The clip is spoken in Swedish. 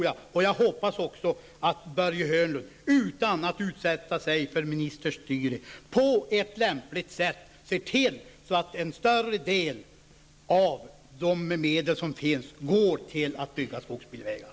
Jag hoppas att Börje Hörnlund, utan att utsätta sig för beskyllningar för ministerstyre, på lämpligt sätt ser till att en större del av de medel som finns går till att bygga skogsbilvägar.